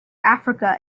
africa